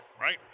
right